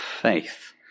faith